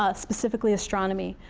ah specifically astronomy.